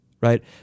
right